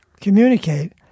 communicate